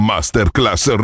Masterclass